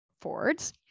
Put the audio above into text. Fords